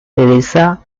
teresa